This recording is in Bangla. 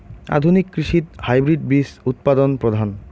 আধুনিক কৃষিত হাইব্রিড বীজ উৎপাদন প্রধান